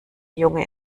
junge